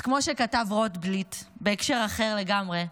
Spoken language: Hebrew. אז כמו שכתב רוטבליט, בהקשר אחר לגמרי,